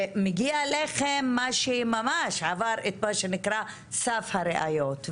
מגיע אליכם מה שעבר את מה שנקרא "סף הראיות",